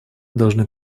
должны